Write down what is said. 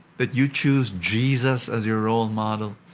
that you choose jesus as your role model.